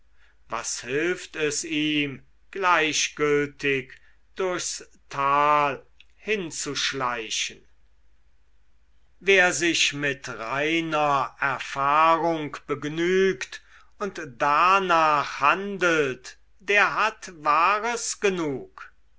was hilft es ihm gleichgültig durchs tal hinzuschleichen wer sich mit reiner erfahrung begnügt und darnach handelt der hat wahres genug